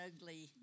ugly